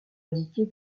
indiquer